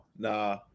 Nah